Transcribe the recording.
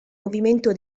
movimento